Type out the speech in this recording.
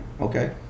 Okay